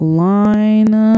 line